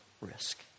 risk